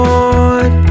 Lord